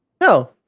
No